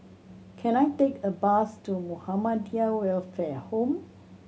can I take a bus to Muhammadiyah Welfare Home